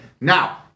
Now